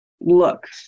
Look